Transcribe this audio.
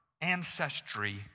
ancestry